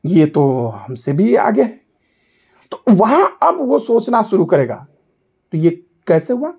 ये तो हमसे भी आगे है तो वहाँ अब वो सोचना शुरू करेगा कि ये कैसे हुआ